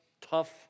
tough